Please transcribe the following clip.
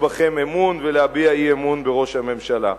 בכם אמון ולהביע אי-אמון בראש הממשלה.